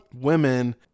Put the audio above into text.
women